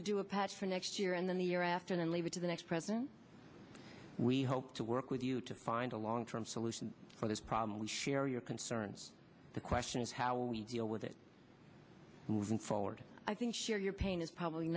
to do a patch for next year and then the year after then leave it to the next president we hope to work with you to find a long term solution for this problem we share your concerns the question is how we deal with it moving forward i think share your pain is probably